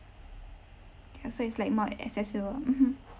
ya so it's like more accessible mmhmm